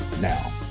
now